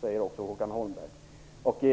säger Håkan Holmberg.